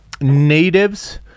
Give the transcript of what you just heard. natives